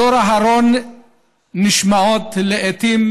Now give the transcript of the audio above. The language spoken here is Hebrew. בדור האחרון נשמעות לעיתים